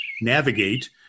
navigate